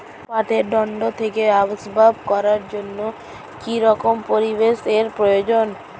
পাটের দণ্ড থেকে আসবাব করার জন্য কি রকম পরিবেশ এর প্রয়োজন?